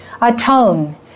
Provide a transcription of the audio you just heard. Atone